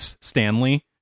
Stanley